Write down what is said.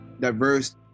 diverse